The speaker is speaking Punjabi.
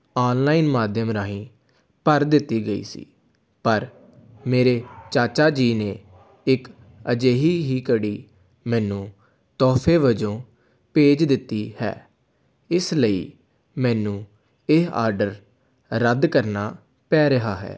ਔਨਲਾਈਨ ਮਾਧਿਅਮ ਰਾਹੀਂ ਭਰ ਦਿੱਤੀ ਗਈ ਸੀ ਪਰ ਮੇਰੇ ਚਾਚਾ ਜੀ ਨੇ ਇੱਕ ਅਜਿਹੀ ਹੀ ਘੜੀ ਮੈਨੂੰ ਤੋਹਫੇ ਵਜੋਂ ਭੇਜ ਦਿੱਤੀ ਹੈ ਇਸ ਲਈ ਮੈਨੂੰ ਇਹ ਆਡਰ ਰੱਦ ਕਰਨਾ ਪੈ ਰਿਹਾ ਹੈ